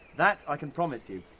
that i can promise you.